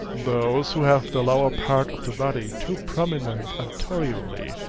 those who have the lower part of the body too prominent anteriorly,